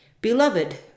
Beloved